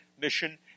mission